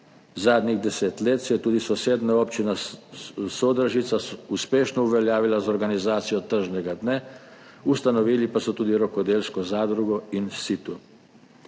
Zadnjih deset let se je tudi sosednja občina Sodražica uspešno uveljavila z organizacijo tržnega dne, ustanovili pa so tudi rokodelsko zadrugo In situ.